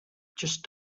just